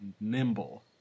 nimble